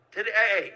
Today